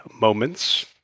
moments